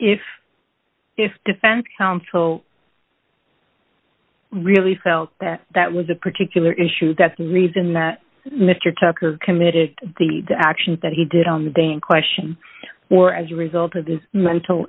if if defense counsel really felt that that was a particular issue that's leads in that mr tucker committed the actions that he did on the day in question or as a result of his mental